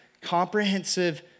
comprehensive